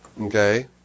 okay